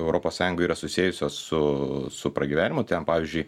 europos sąjungoje yra susiejusios su su pragyvenimu ten pavyzdžiui